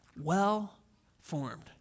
well-formed